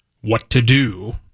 what-to-do